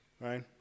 right